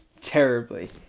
terribly